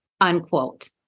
unquote